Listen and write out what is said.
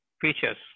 features